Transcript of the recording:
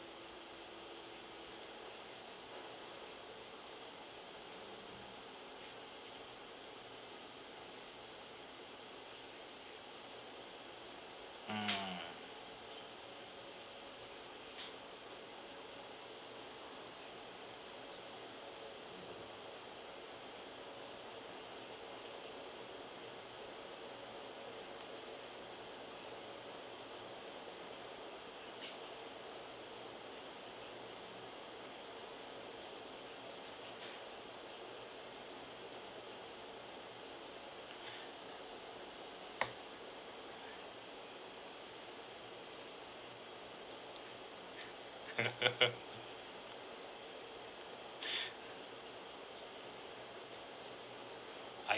mm I